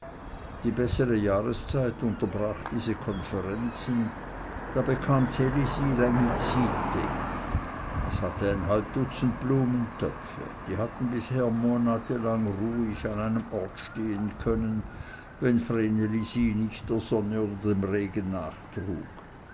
die bessere jahreszeit unterbrach diese konferenzen da bekam ds elisi längizyti es hatte ein halb dutzend blumentöpfe die hatten bisher monatelang ruhig an einem ort stehen können wenn vreneli sie nicht der sonne oder dem regen nachtrug